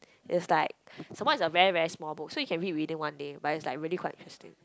is like some more is a very very small book so you can read within one day but is like really quite interesting